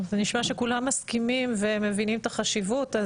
זה נשמע שכולם מסכימים ומבינים את החשיבות.